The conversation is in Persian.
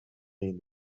این